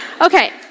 Okay